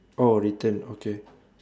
oh return okay